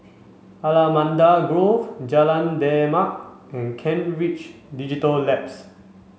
Allamanda Grove Jalan Demak and Kent Ridge Digital Labs